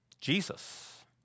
Jesus